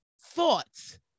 thoughts